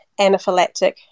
anaphylactic